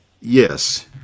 Yes